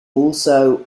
also